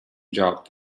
job